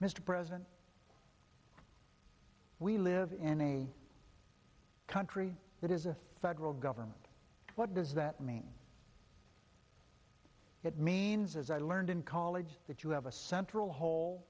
mr president we live in a country that is a federal government what does that mean it means as i learned in college that you have a central hole